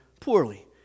poorly